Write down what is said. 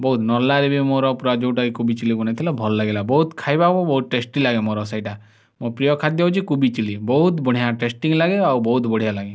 ବହୁତ ନର୍ଲାରେ ବି ମୋର ପୁରା ଯେଉଁଟାକି କୋବି ଚିଲ୍ଲି ବନେଇଥିଲା ଭଲ ଲାଗିଲା ବହୁତ ଖାଇବା ବୁ ବହୁତ ଟେଷ୍ଟି ଲାଗେ ମୋର ସେଇଟା ମୋ ପ୍ରିୟ ଖାଦ୍ୟ ହଉଛି କୋବି ଚିଲ୍ଲି ବହୁତ ବଢ଼ିଆ ଟେଷ୍ଟି ବି ଲାଗେ ଆଉ ବହୁତ ବଢ଼ିଆ ଲାଗେ